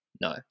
No